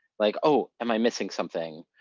like oh, am i missing something?